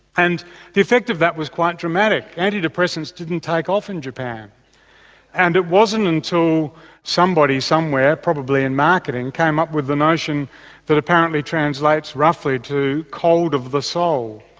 and the effect of that was quite dramatic, antidepressants didn't take off in japan and it wasn't until somebody, somewhere, probably in marketing, came up with the notion that apparently translates roughly to cold of the soul.